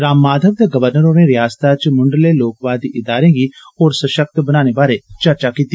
राम माधव ते गवर्नर होरे रियासत च मुंडले लोकवादी इदारे गी होर सशक्त बनाने बारै चर्चा कीती